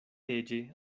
leĝe